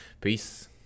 Peace